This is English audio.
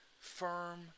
firm